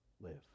live